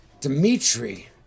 Dimitri